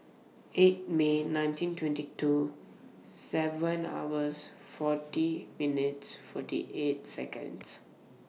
eight May nineteen twenty two seven hours forty minutes forty eight Seconds